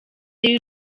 y‟u